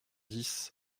dix